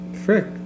Frick